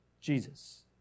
Jesus